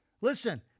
Listen